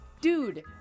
dude